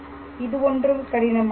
இது ஒன்றும் கடினமானதல்ல